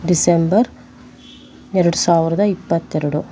December ಎರಡು ಸಾವಿರದ ಇಪ್ಪತ್ತೆರಡು